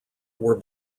were